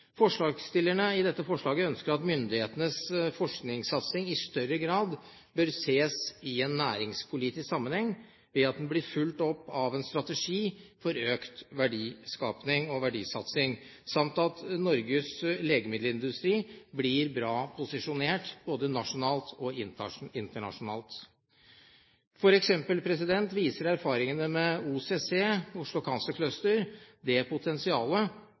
Forslagsstillerne ønsker at myndighetenes forskningssatsing i større grad bør ses i en næringspolitisk sammenheng ved at den blir fulgt opp av en strategi for økt verdiskaping og verdisatsing samt at norsk legemiddelindustri blir bra posisjonert både nasjonalt og internasjonalt. For eksempel viser erfaringene med Oslo Cancer Cluster det potensialet